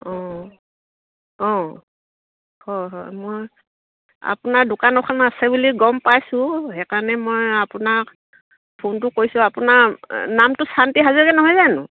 অঁ অঁ হয় হয় মই আপোনাৰ দোকান এখন আছে বুলি গম পাইছোঁ সেইকাৰণে মই আপোনাক ফোনটো কৰিছোঁ আপোনাৰ নামটো শান্তি হাজৰিকা নহয় জানো